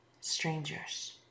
strangers